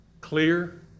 clear